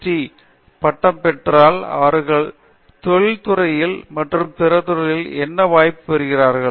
D பட்டம் பெற்றால் அவர்கள் தொழிற்துறையில் மற்றும் பிற துறைகளில் என்ன வாய்ப்பு பெறுகிறார்கள்